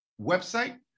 website